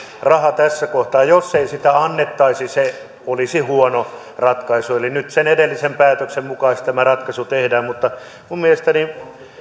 rahaa tässä kohtaa ei annettaisi se olisi huono ratkaisu eli nyt sen edellisen päätöksen mukaisesti tämä ratkaisu tehdään minun mielestäni